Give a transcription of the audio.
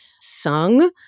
sung